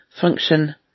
function